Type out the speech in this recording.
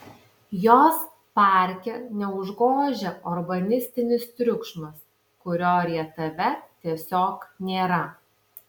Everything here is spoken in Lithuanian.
jos parke neužgožia urbanistinis triukšmas kurio rietave tiesiog nėra